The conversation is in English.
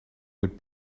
would